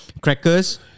crackers